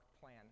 plan